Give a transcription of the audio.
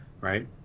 right